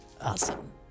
Awesome